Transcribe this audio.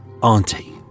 Auntie